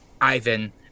Ivan